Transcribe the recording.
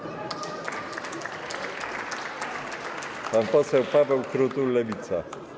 Pan poseł Paweł Krutul, Lewica.